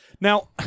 Now